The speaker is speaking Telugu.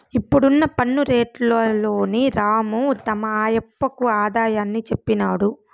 ఇప్పుడున్న పన్ను రేట్లలోని రాము తమ ఆయప్పకు ఆదాయాన్ని చెప్పినాడు